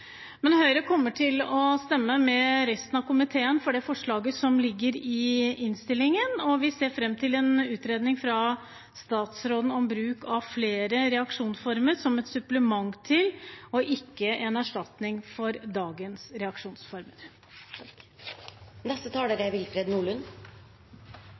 Men Høyre kommer til å stemme med resten av komiteen for det forslaget som ligger i innstillingen, og vi ser fram til en utredning fra statsråden om bruk av flere reaksjonsformer som et supplement til, og ikke en erstatning for, dagens